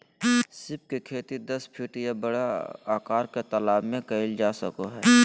सीप के खेती दस फीट के या बड़ा आकार के तालाब में कइल जा सको हइ